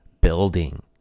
building